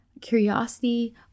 curiosity